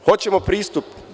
Hoćemo pristup?